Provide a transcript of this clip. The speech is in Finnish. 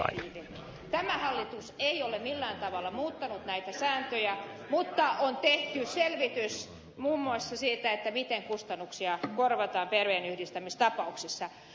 tämä hallitus ei ole millään tavalla muuttanut näitä sääntöjä mutta on tehty selvitys muun muassa siitä miten kustannuksia korvataan perheenyhdistämistapauksissa